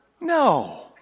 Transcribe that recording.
No